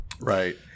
Right